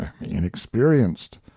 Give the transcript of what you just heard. inexperienced